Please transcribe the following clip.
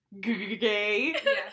gay